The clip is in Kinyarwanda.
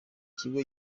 kigo